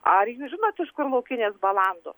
ar jūs žinot iš kur laukinės balandos